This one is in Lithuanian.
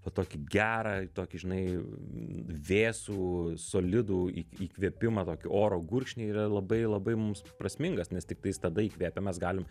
va tokį gerą tokį žinai vėsų solidų į įkvėpimą tokį oro gurkšnį yra labai labai mums prasmingas nes tik tais tada įkvėpę mes galim